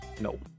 Nope